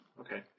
Okay